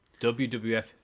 WWF